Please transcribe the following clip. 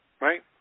Right